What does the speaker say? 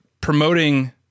promoting